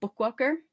Bookwalker